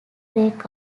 break